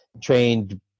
Trained